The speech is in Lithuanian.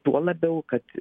tuo labiau kad